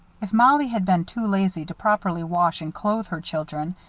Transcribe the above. if mollie had been too lazy to properly wash and clothe her children,